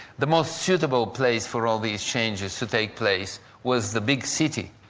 the most suitable place for all these changes to take place was the big city,